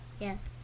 yes